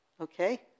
okay